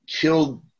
killed